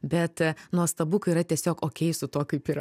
bet nuostabu kai yra tiesiog okei su tuo kaip yra